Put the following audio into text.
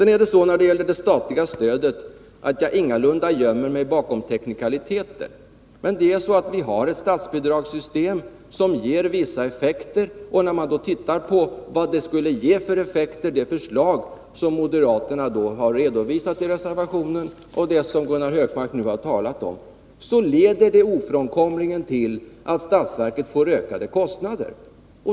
När det gäller det statliga stödet gömmer jag mig ingalunda bakom teknikaliteter. Men vi har ett statsbidragssystem som ger vissa effekter, och det förslag som moderaterna har redovisat i reservationer och som Gunnar Hökmark nu har talat om leder ofrånkomligen till att statsverket får ökade kostnader.